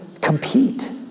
compete